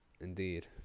Indeed